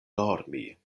dormi